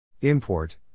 import